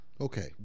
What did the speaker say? Okay